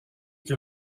que